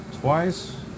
twice